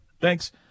Thanks